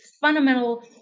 fundamental